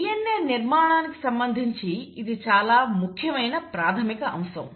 DNA నిర్మాణానికి సంబంధించి ఇది చాలా ముఖ్యమైన ప్రాథమిక అంశం